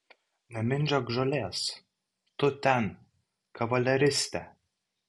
nemindžiok žolės tu ten kavaleriste